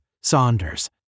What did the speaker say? Saunders